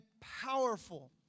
powerful